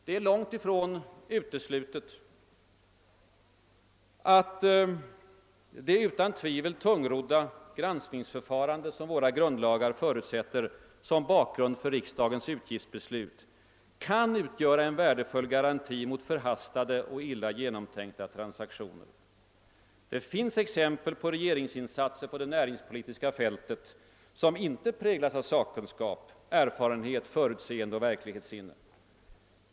Det är långt ifrån uteslutet att det utan tvivel tungrodda granskningsförfarandet, som våra grundlagar förutsätter som bakgrund för riksdagens utgiftsbeslut, kan utgöra en värdefull garanti mot förhastade och illa genomtänkta transaktioner. Det finns exempel på regeringsinsatser på det näringspolitiska fältet som inte präglas av sakkunskap, erfarenhet, förutseende och verklighetssinne.